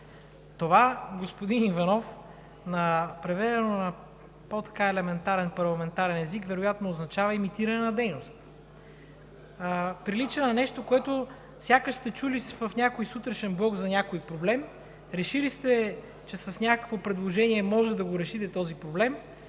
Това, господин Иванов, преведено на по-елементарен парламентарен език, вероятно означава имитиране на дейност. Прилича на нещо, което сякаш сте чули в някой сутрешен блок за някой проблем, решили сте, че с някакво предложение може да решите този проблем,